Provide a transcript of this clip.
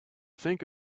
think